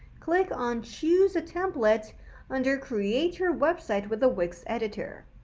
click on choose a template under create your website with the wix editor.